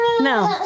No